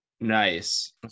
Nice